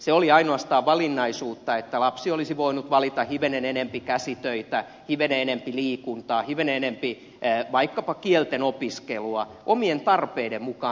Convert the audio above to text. se oli ainoastaan valinnaisuutta että lapsi olisi voinut valita hivenen enempi käsitöitä hivenen enempi liikuntaa hivenen enempi vaikkapa kielten opiskelua omien tarpeidensa mukaan